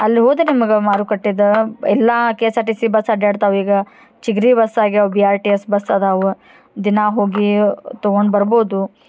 ಅಲ್ಲಿ ಹೋದ ನಿಮಗೆ ಮಾರುಕಟ್ಟೆದ ಎಲ್ಲಾ K S R T S bus ಅಡ್ಯಾಡ್ತಾವ ಈಗ ಚಿಗ್ರಿ ಬಸ್ ಅಗ್ಯಾವ B R T S bus ಅದಾವ ದಿನ ಹೋಗಿ ತಗೊಂಡು ಬರ್ಬೊದು